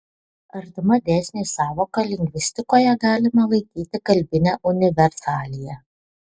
artima dėsniui sąvoka lingvistikoje galima laikyti kalbinę universaliją